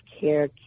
care